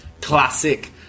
classic